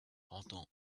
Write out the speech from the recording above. rendant